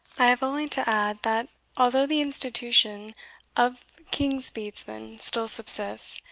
i have only to add, that although the institution of king's bedesmen still subsists,